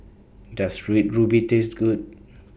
Does Red Ruby Taste Good